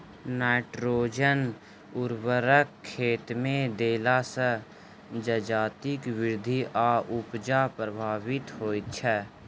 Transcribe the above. nitrogen उर्वरक खेतमे देला सॅ जजातिक वृद्धि आ उपजा प्रभावित होइत छै